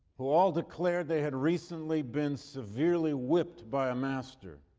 who all declared they had recently been severely whipped by a master.